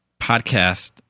podcast